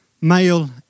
male